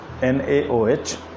NaOH